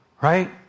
Right